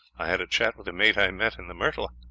i had a chat with a mate i met in the myrtle,